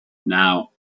now